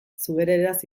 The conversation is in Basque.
zubereraz